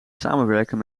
samenwerken